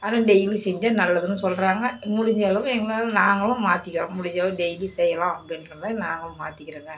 ஆனால் டெய்லியும் செஞ்சால் நல்லதுன்னு சொல்கிறாங்க முடிஞ்ச அளவு எங்களால் நாங்களும் மாற்றிக்கிறோம் முடிஞ்ச அளவு டெய்லியும் செய்யலாம் அப்படின்ற மாதிரி நாங்களும் மாற்றிக்கிறோங்க